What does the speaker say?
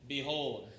Behold